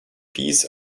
peas